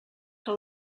que